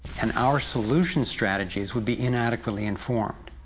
and our solution strategies would be inadequately informed.